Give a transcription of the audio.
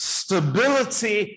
stability